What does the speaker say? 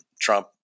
trump